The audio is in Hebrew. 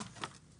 כן.